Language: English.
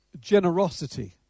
generosity